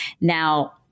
Now